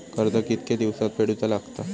कर्ज कितके दिवसात फेडूचा लागता?